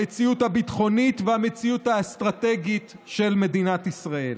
המציאות הביטחונית והמציאות האסטרטגית של מדינת ישראל.